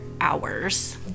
hours